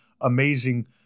amazing